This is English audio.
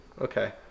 okay